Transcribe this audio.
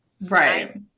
Right